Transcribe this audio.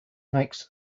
makes